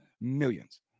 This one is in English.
millions